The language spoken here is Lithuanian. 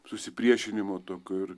susipriešinimo tokio ir